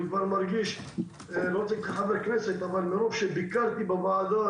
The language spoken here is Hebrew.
מרוב שביקרתי בוועדה,